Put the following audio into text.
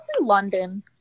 London